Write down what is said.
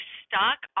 stuck